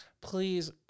please